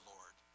Lord